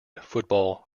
football